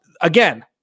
again